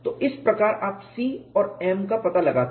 तो इस प्रकार आप C और m का पता लगाते हैं